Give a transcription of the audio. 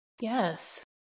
Yes